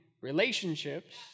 relationships